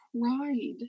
cried